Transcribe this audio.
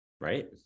right